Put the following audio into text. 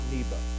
Nebo